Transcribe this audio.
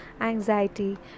anxiety